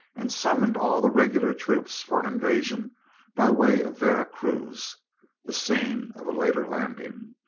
and summoned all the regular troops for an invasion by way of vera cruz the scene of a later landing,